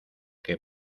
que